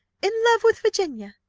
in love with virginia?